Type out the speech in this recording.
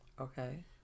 Okay